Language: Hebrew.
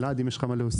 אלעד, יש לך מה להוסיף?